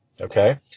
okay